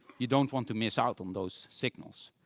you don't want to miss out on those signals.